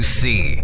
see